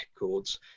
Records